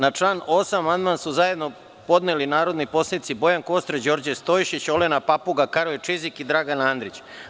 Na član 8. amandman su zajedno podneli narodni poslanici Bojan Kostreš, Đorđe Stojšić, Olena Papuga, Karolj Čizik i Dragan Andrić.